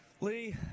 Lee